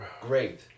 great